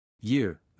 Year